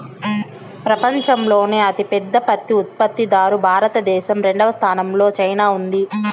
పపంచంలోనే అతి పెద్ద పత్తి ఉత్పత్తి దారు భారత దేశం, రెండవ స్థానం లో చైనా ఉంది